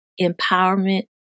empowerment